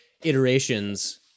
iterations